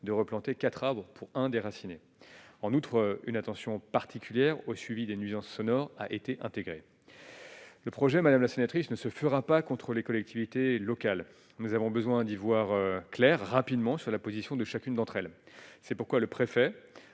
de replanter 4 Oeuvres pour un déraciné, en outre, une attention particulière au suivi des nuisances sonores a été intégré le projet madame la sénatrice ne se fera pas contre les collectivités locales, nous avons besoin d'y voir clair rapidement sur la position de chacune d'entre elles, c'est pourquoi le préfet